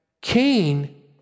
Cain